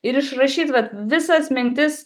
ir išrašyt vat visas mintis